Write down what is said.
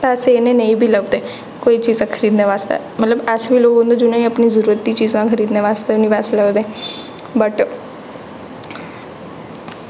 पैसे इन्ने नेईं बी लभदे कोई चीज़ खरीदने बास्तै मतलब ऐसे लोक होंदे जि'नेंगी अपनी जरूरत दी चीज़ां खरीदने बास्तै हैनी पैसे लभदे बट